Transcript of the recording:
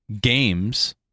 games